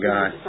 God